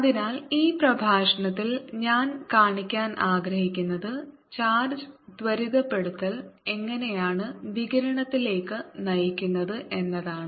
അതിനാൽ ഈ പ്രഭാഷണത്തിൽ ഞാൻ കാണിക്കാൻ ആഗ്രഹിക്കുന്നത് ചാർജ് ത്വരിതപ്പെടുത്തൽ എങ്ങനെയാണ് വികിരണത്തിലേക്ക് നയിക്കുന്നത് എന്നതാണ്